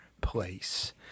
place